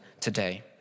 today